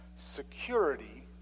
security